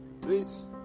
Please